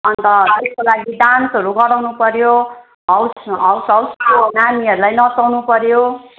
अन्त त्यसको लागि डान्सहरू गराउनु पऱ्यो हाउस हाउस हाउसको नानीहरूलाई नचाउनु पऱ्यो